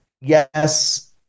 Yes